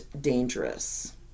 dangerous